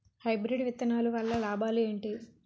Hybrid విత్తనాలు వల్ల లాభాలు ఏంటి?